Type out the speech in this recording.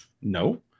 no